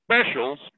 specials